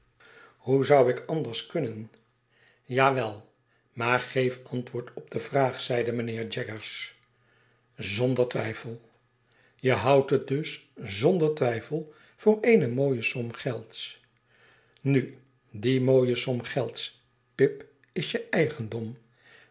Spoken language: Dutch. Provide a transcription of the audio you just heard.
hoe zou ik anders kunnen jawel maar geef antwoord op de vraag zeide mijnheer jaggers zonder twijfel je houdt het dus zonder twijfel voor eene mooie som gelds nu die mooie som gelds pip is je eigendom